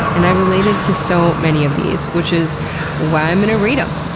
and i related to so many of these which is why i'm going read them!